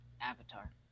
Avatar